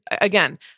again